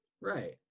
right